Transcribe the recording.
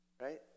right